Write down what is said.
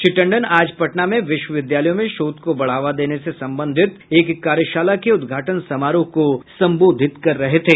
श्री टंडन आज पटना में विश्वविद्यालयों में शोध को बढ़ावा देने से संबंधित एक कार्यशाला के उद्घाटन समारोह को संबोधित कर रहे थे